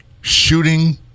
shooting